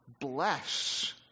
bless